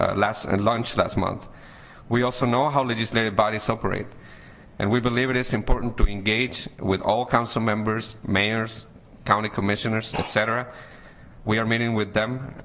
ah last and lunch last month we also know how legislative bodies operate and we believe it is important to engage with all councilmembers mayor's county commissioners et cetera we are meeting with them